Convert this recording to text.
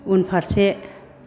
उनफारसे